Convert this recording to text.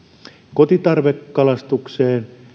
kotitarvekalastukseen